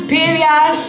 Period